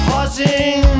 Pausing